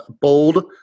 bold